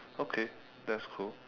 okay that's cool